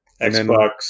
Xbox